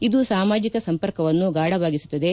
ಇದು ಸಾಮಾಜಿಕ ಸಂಪರ್ಕವನ್ನು ಗಾಢವಾಗಿಸುತ್ತದೆ